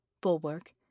Bulwark